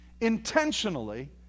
intentionally